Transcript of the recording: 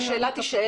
השאלה תישאל.